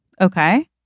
Okay